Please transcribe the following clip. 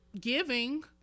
giving